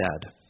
dead